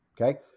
okay